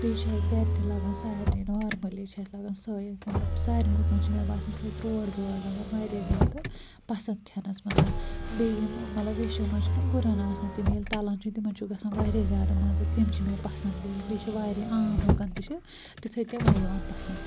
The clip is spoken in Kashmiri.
بیٚیہِ چھِ اسہِ گھرِ تہِ لَگان سۄ سارنٕے نارمٔلی چھِ اسہِ لَگان سۄے مطلب سارنٕے لوٗکَن چھِ مےٚ باسان سۄے تُرٛوٹ گٲڑ لَگان واریاہ زیادٕ پَسنٛد کھیٚنَس منٛز بیٚیہِ یِم مطلب ویٚشو منٛز چھِ نا گُرَن آسان تِم ییٚلہِ تَلان چھِ تِمَن چھُ گژھان واریاہ زیادٕ مَزٕ تِم چھِ مےٚ پَسنٛد بیٚیہِ بیٚیہِ چھِ واریاہ عام لوٗکَن تہِ چھِ تِتھٔے تِمٔے یِوان پَسنٛد